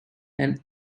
and